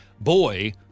boy